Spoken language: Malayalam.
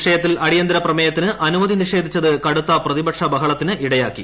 വിഷയത്തിൽ അടിയന്തര പ്രമേയത്തിന് അനുമതി നിഷേധിച്ചത് കടുത്ത പ്രതിപക്ഷ ബഹളത്തിന് ഇടയാക്കി